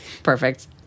Perfect